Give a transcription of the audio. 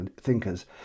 thinkers